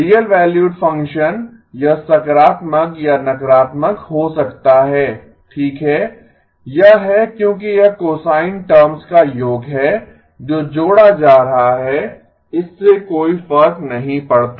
real valued function यह सकारात्मक या नकारात्मक हो सकता है ठीक है यह है क्योंकि यह कोसाइन टर्म्स का योग है जो जोड़ा जा रहा है इससे कोई फर्क नहीं पड़ता